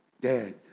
dead